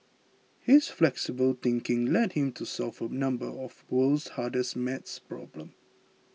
his flexible thinking led him to solve a number of the world's hardest maths problems